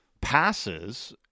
passes